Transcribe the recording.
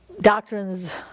doctrines